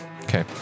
Okay